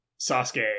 Sasuke